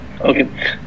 Okay